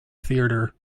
theater